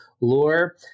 lore